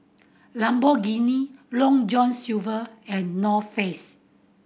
Lamborghini Long John Silver and North Face